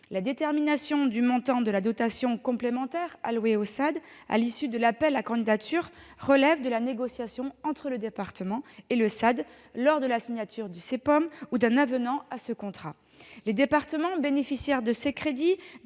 La détermination du montant de la dotation complémentaire allouée aux SAAD à l'issue de l'appel à candidatures relève de la négociation entre le département et les SAAD lors de la signature du CPOM (contrat pluriannuel d'objectifs et de moyens) ou d'un avenant à ce contrat. Les départements bénéficiaires de ces crédits